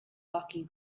hockey